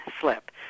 slip